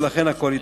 ולכן הכול התעכב.